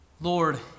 Lord